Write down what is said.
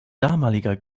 damaliger